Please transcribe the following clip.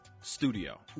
Studio